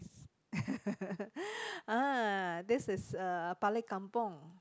ah this is uh balik kampung